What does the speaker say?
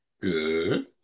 Good